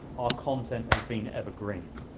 our content has been evergreen,